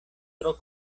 tro